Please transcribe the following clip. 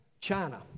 China